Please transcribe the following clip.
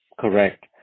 Correct